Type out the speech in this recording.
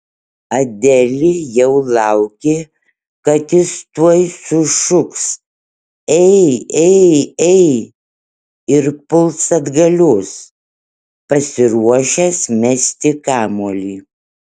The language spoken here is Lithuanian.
adelė jau laukė kad jis tuoj sušuks ei ei ei ir puls atgalios pasiruošęs mesti kamuolį